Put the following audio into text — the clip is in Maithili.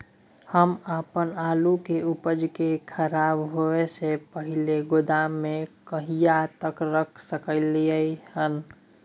हम अपन आलू के उपज के खराब होय से पहिले गोदाम में कहिया तक रख सकलियै हन?